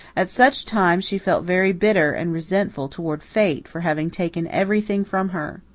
at such times she felt very bitter and resentful toward fate for having taken everything from her.